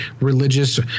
religious